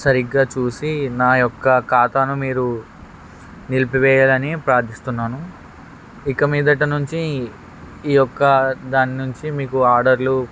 సరిగ్గా చూసి నా యొక్క ఖాతాను మీరు నిలిపివేయాలని ప్రార్థిస్తున్నాను ఇక మీదట నుంచి ఈ యొక్క దాని నుంచి మీకు ఆర్డర్లు